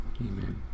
Amen